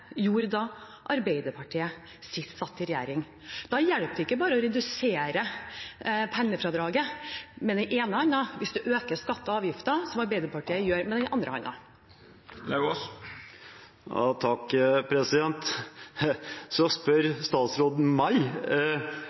gjorde da Arbeiderpartiet sist satt i regjering. Da hjelper det ikke bare å redusere pendlerfradraget med den ene hånden, hvis man øker skatter og avgifter, slik Arbeiderpartiet gjør, med den andre